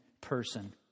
person